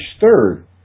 third